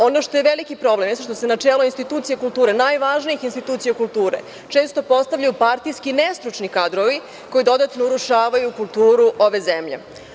Ono što je veliki problem jeste što se načelo institucije kulture, najvažnijih institucija kulture često postavljaju partijski nestručni kadrovi koji dodatno urušavaju kulturu ove zemlje.